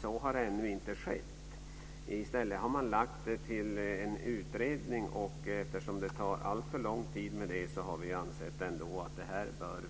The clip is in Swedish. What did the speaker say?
Så har dock ännu inte skett, utan i stället har man lagt in detta i en utredning. En sådan skulle ta alltför lång tid, vilket vi har ansett bör